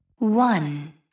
One